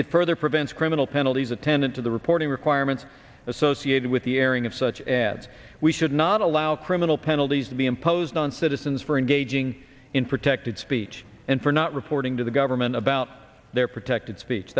it further prevents criminal penalties attendant to the reporting requirements associated with the airing of such ads we should not allow criminal penalties to be imposed on citizens for engaging in protected speech and for not reporting to the government about their protected speech